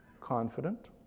confident